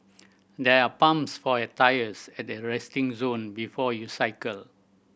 there are pumps for your tyres at the resting zone before you cycle